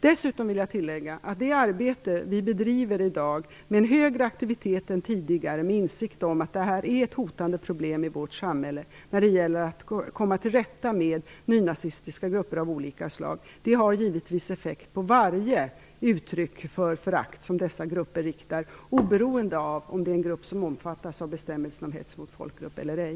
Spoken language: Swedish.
Dessutom vill jag tillägga att det arbete vi bedriver i dag, med en högre aktivitet än tidigare med insikt om att detta är ett hotande problem i vårt samhälle när det gäller att komma till rätta med nynazistiska grupper av olika slag, givetvis riktas mot varje uttryck för förakt från dessa grupper, oberoende av om detta omfattas av bestämmelsen om hets mot folkgrupp eller ej.